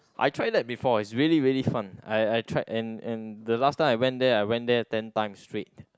I tried that before it's really really fun I I tried and and the last time I went there I went there ten times straight